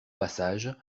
passage